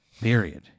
Period